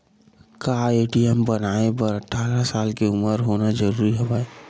का ए.टी.एम बनवाय बर अट्ठारह साल के उपर होना जरूरी हवय?